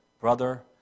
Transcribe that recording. brother